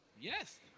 Yes